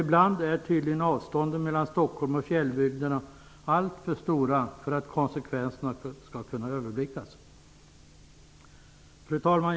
Ibland är tydligen avstånden mellan Stockholm och fjällbygderna alltför stora för att konsekvenserna skall kunna överblickas. Fru talman!